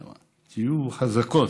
היא ואמרה: תהיו חזקות,